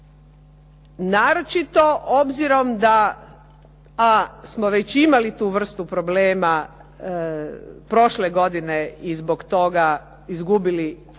sami, naročito obzirom da a smo već imali tu vrstu problema prošle godine i zbog toga izgubili neka